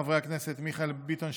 חברי הכנסת מיכאל ביטון,